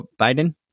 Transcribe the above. Biden